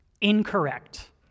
incorrect